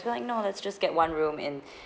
right now it's just get one room and